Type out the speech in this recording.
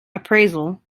appraisal